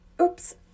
Oops